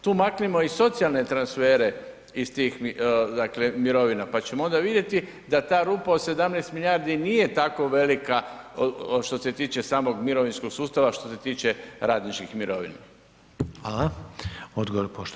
Tu maknimo i socijalne transfere iz tih dakle, mirovina pa ćemo onda vidjeti da rupa od 17 milijardi nije tako velika što se tiče samog mirovinskog sustava, što se tiče radničkih mirovina.